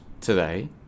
today